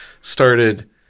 started